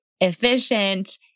efficient